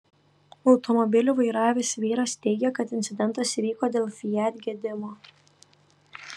automobilį vairavęs vyras teigė kad incidentas įvyko dėl fiat gedimo